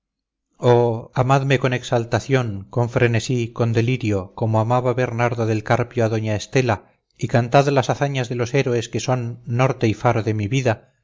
oh amadme con exaltación con frenesí con delirio como amaba bernardo del carpio a doña estela y cantad las hazañas de los héroes que son norte y faro de mi vida